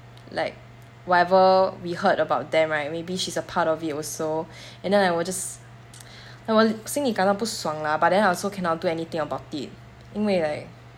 like whatever we heard about them right maybe she's a part of it also and then I will just like 我心里感到不爽 lah but then I also cannot do anything about it 因为 like